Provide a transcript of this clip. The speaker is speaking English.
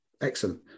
Excellent